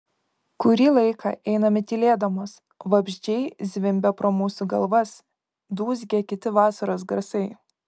kurį laiką einame tylėdamos vabzdžiai zvimbia pro mūsų galvas dūzgia kiti vasaros garsai